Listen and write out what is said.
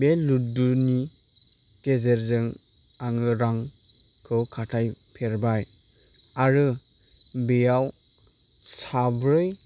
बे लुदुनि गेजेरजों आङो रांखौ खाथायफेरबाय आरो बेयाव साब्रै